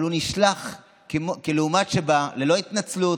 אבל הוא נשלח כלעומת שבא, ללא התנצלות.